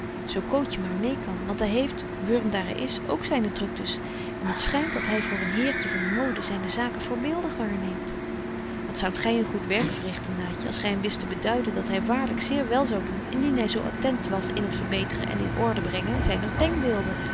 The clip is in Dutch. zo cootje maar meê kan want hy heeft wurm daar hy is ook zyne druktens en het schynt dat hy voor een heertje van de mode zyne zaken voorbeeldig waarneemt wat zoudt gy een goed werk verrichten naatje als gy hem wist te beduiden dat hy waarlyk zeer wel zou doen indien hy zo attent was in het verbeteren en in order brengen zyner denkbeelden